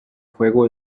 juego